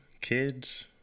kids